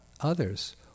others